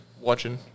Watching